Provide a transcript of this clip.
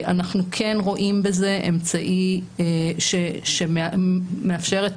אנחנו כן רואים בזה אמצעי שמאפשר את